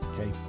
Okay